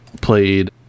played